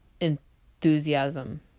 enthusiasm